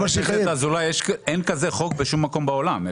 חבר הכנסת אזולאי, אין חוק כזה בשום מקום בעולם.